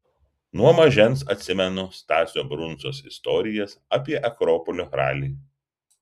nuo mažens atsimenu stasio brundzos istorijas apie akropolio ralį